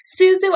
Suzu